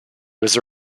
was